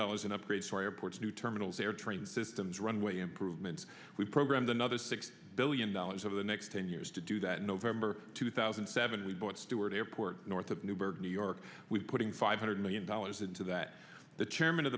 dollars in upgrades for airports new terminals air train systems runway improvements we programmed another six billion dollars over the next ten years to do that in november two thousand and seven we bought stewart airport north of newburgh new york we putting five hundred million dollars into that the chairman of